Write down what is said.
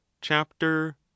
Chapter